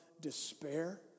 despair